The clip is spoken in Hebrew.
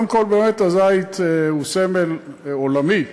הזית הוא סמל עולמי,